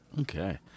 Okay